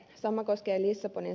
sama koskee liisa pane